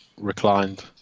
reclined